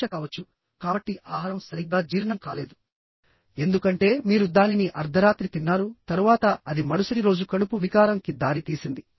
శిక్ష కావచ్చుకాబట్టి ఆహారం సరిగ్గా జీర్ణం కాలేదుఎందుకంటే మీరు దానిని అర్థరాత్రి తిన్నారు తరువాత అది మరుసటి రోజు కడుపు వికారం కి దారితీసింది